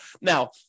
Now